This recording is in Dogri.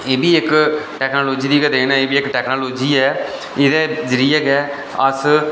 एह् भी इक टेकनोलोजी दी गै देन ऐ एह् बी इक टेकनोलोजी एहदे जरियै गै अस